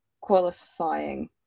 qualifying